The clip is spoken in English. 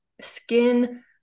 skin